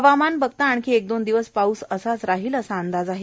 हवामान बघता आणखी एक दोन दिवस पाऊस राहील असा अंदाज आहे